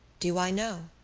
do i know?